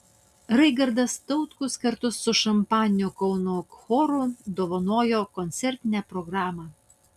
raigardas tautkus kartu su šampaniniu kauno choru dovanojo koncertinę programą